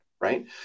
right